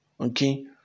okay